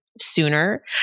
sooner